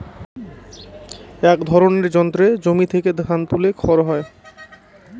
এক ধরনের যন্ত্রে জমি থেকে ধান তুলে খড় হয়